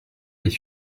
les